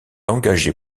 engagée